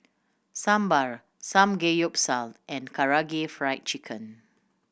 Sambar Samgeyopsal and Karaage Fried Chicken